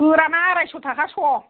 गोराना आराइस' थाखा श'ह